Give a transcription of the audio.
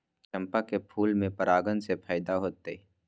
चंपा के फूल में परागण से फायदा होतय?